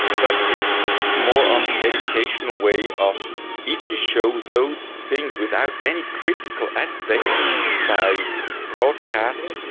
but it's more on the educational way of if you show those things without any critical aspect by broadcast,